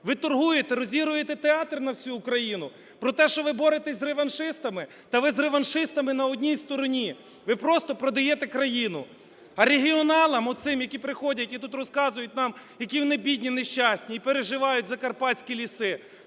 Ви торгуєте, розігруєте театр на всю Україну про те, що ви боретесь з реваншистами? Та ви з реваншистами на одній стороні. Ви просто продаєте країну. А регіоналам оцим, які приходять і тут розказують нам, які вони бідні, нещасні і переживають за карпатські ліси,